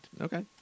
Okay